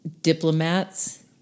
diplomats